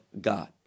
God